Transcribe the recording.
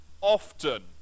often